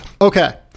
Okay